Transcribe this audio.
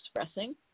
expressing